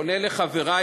לכנסת